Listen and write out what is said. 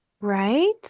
Right